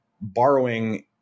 borrowing